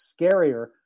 scarier